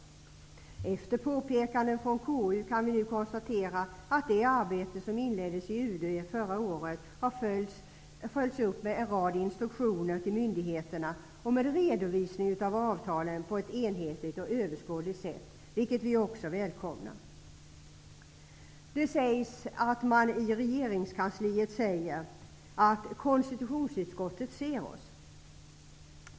Efter påpekanden från KU kan vi nu konstatera att det arbete som inleddes av UD förra året har följts upp med en rad instruktioner till myndigheterna om en redovisning av avtalen på ett enhetligt och överskådligt sätt, vilket vi också välkomnar. Det sägs att man i regeringskansliet säger: ''Konstitutionsutskottet ser oss.''